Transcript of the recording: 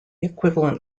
equivalent